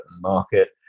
market